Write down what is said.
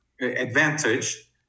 advantage